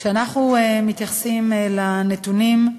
כשאנחנו מתייחסים לנתונים,